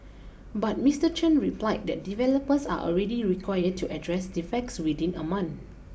but Mister Chen replied that developers are already required to address defects within a month